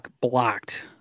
blocked